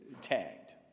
tagged